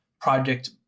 project